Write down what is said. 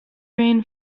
rain